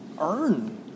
earn